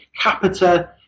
Capita